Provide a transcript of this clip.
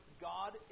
God